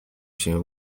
się